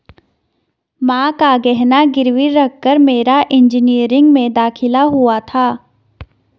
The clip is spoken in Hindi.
मां का गहना गिरवी रखकर मेरा इंजीनियरिंग में दाखिला हुआ था